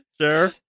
Sure